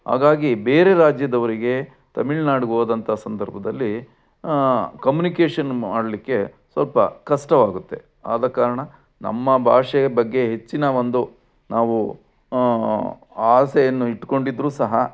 ಹಾಗಾಗಿ ಬೇರೆ ರಾಜ್ಯದವರಿಗೆ ತಮಿಳ್ ನಾಡ್ಗೆ ಹೋದಂಥ ಸಂದರ್ಭದಲ್ಲಿ ಕಮ್ಯುನಿಕೇಶನ್ ಮಾಡಲಿಕ್ಕೆ ಸ್ವಲ್ಪ ಕಷ್ಟವಾಗುತ್ತೆ ಆದ ಕಾರಣ ನಮ್ಮ ಭಾಷೆಯ ಬಗ್ಗೆ ಹೆಚ್ಚಿನ ಒಂದು ನಾವು ಆಸೆಯನ್ನು ಇಟ್ಟುಕೊಂಡಿದ್ರೂ ಸಹ